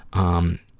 um,